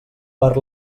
per